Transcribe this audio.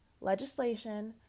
legislation